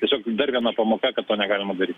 tiesiog dar viena pamoka kad to negalima daryt